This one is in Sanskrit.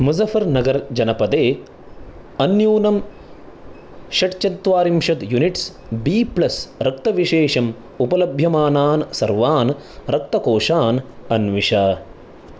मुज्जफरनगर् जनपदे अन्यूनं षट् चत्वारिंशत् युनिट्स् बी प्लस् रक्तविशेषम् उपलभ्यमानान् सर्वान् रक्तकोशान् अन्विष